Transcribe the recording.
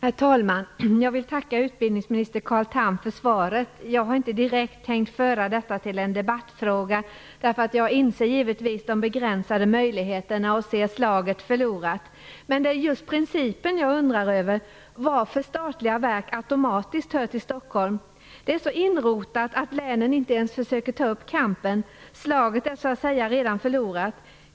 Herr talman! Jag vill tacka utbildningsminister Carl Tham för svaret. Jag har inte direkt tänkt att göra detta till en debattfråga. Jag inser de begränsade möjligheterna till framgång och ser slaget från början förlorat. Jag undrar dock över principen att statliga verk automatiskt skall anses höra till Stockholm. Det är så inrotat, att landsortslänen inte inte ens försöker ta upp kampen. Slaget är redan förlorat.